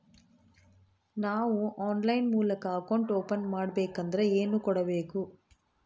ನಾವು ಆನ್ಲೈನ್ ಮೂಲಕ account open ಮಾಡಬೇಂಕದ್ರ ಏನು ಕೊಡಬೇಕು?